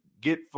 get